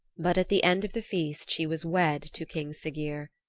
but at the end of the feast she was wed to king siggeir,